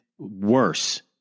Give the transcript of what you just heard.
Worse